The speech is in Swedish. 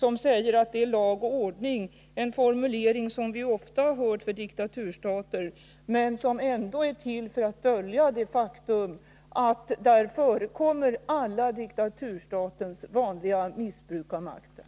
De säger att det råder lag och ordning, en formulering som vi ofta hört från diktaturstater och som är till för att dölja det faktum att där förekommer alla diktaturstatens vanliga missbruk av makten.